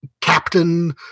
Captain